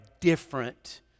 different